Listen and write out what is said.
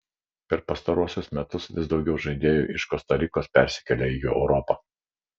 per pastaruosius metus vis daugiau žaidėjų iš kosta rikos persikelia į europą